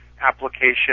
application